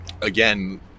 again